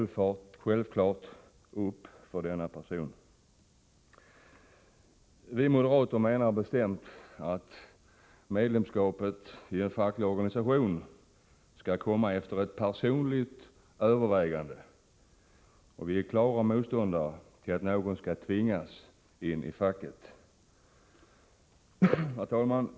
Vi moderater menar bestämt att medlemskapet i en facklig organisation skall komma efter ett personligt övervägande. Vi är klara motståndare till att någon skall tvingas in i facket. Herr talman!